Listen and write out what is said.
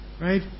right